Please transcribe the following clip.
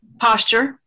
posture